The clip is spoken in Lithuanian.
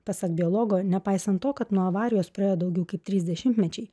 pasak biologo nepaisant to kad nuo avarijos praėjo daugiau kaip trys dešimtmečiai